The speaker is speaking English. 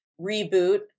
reboot